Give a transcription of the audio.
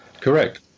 Correct